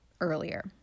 earlier